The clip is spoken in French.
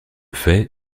fait